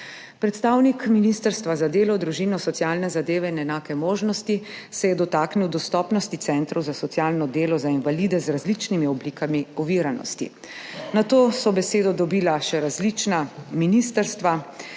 Predstavnik Ministrstva za delo, družino, socialne zadeve in enake možnosti se je dotaknil dostopnosti centrov za socialno delo za invalide z različnimi oblikami oviranosti. Nato so besedo dobila še različna ministrstva.